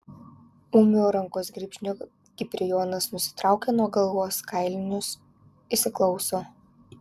ūmiu rankos grybšniu kiprijonas nusitraukia nuo galvos kailinius įsiklauso